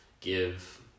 give